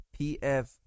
PF